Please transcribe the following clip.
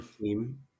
team